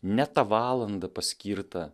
ne ta valanda paskirta